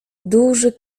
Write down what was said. duży